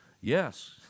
Yes